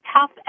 tough